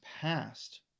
past